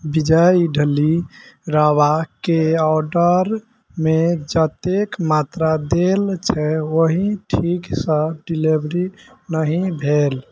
विजय इडली रवाके ऑर्डरमे जतेक मात्रा देल छै ओहि ठीकसँ डिलीवरी नहि भेल